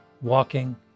walking